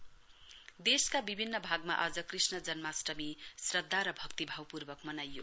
कूष्णा अस्टमी देशका विभिन्न भागमा आज कृष्ण जन्मास्टमी श्रद्धा र भक्तिभावपूर्वक मनाइयो